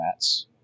formats